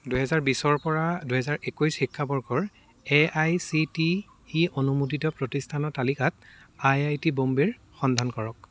দুহেজাৰ বিছৰপৰা দুহেজাৰ একৈছ শিক্ষাবৰ্ষৰ A I C T E অনুমোদিত প্ৰতিষ্ঠানৰ তালিকাত আই আই টি বম্বেৰ সন্ধান কৰক